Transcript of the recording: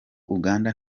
uganda